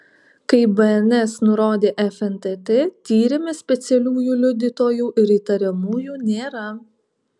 kaip bns nurodė fntt tyrime specialiųjų liudytojų ir įtariamųjų nėra